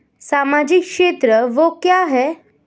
सामाजिक क्षेत्र व्यय क्या है?